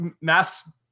mass